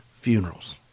funerals